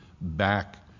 back